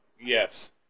Yes